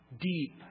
deep